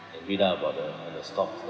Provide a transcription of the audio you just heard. read about the all the stocks that